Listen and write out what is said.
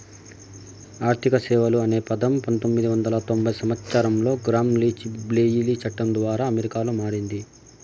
ఆర్థిక సేవలు అనే పదం పంతొమ్మిది వందల తొంభై సంవచ్చరంలో గ్రామ్ లీచ్ బ్లెయిలీ చట్టం ద్వారా అమెరికాలో మారింది